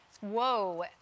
Whoa